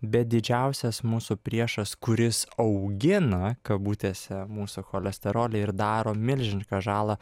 bet didžiausias mūsų priešas kuris augina kabutėse mūsų cholesterolį ir daro milžinišką žalą